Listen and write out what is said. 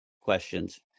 questions